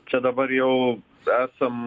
čia dabar jau esam